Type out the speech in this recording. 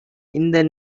இந்த